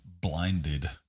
blinded